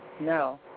No